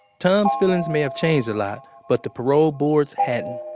tom's feelings may have changed a lot, but the parole board's hadn't.